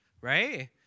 Right